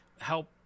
help